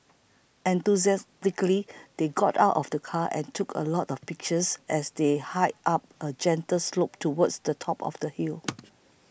enthusiastically they got out of the car and took a lot of pictures as they hiked up a gentle slope towards the top of the hill